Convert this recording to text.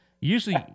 Usually